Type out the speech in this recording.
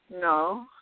No